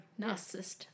narcissist